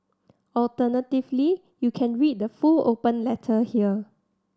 alternatively you can read the full open letter here